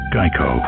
Geico